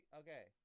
okay